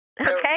okay